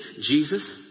Jesus